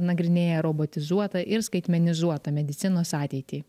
nagrinėja robotizuotą ir skaitmenizuotą medicinos ateitį